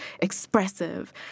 expressive